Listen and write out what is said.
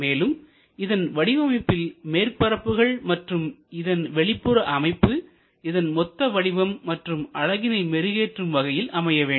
மேலும் இதன் வடிவமைப்பில் மேற்பரப்புகள் மற்றும் இதன் வெளிப்புற அமைப்பு இதன் மொத்த வடிவம் மற்றும் அழகினை மெருகேற்றும் வகையில் அமைய வேண்டும்